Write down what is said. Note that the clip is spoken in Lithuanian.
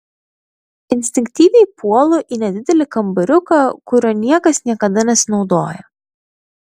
instinktyviai puolu į nedidelį kambariuką kuriuo niekas niekada nesinaudoja